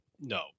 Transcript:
No